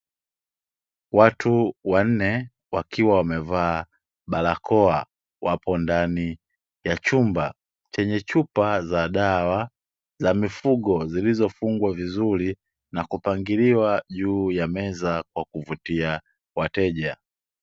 Watu wanne wakiwa wamevaa barakoa wapo ndani ya chumba chenye chupa za dawa za mifugo zilizofungwa vizuri na kupangiliwa juu ya meza kwa kuvutia wateja.